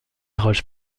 roches